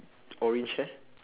orange hair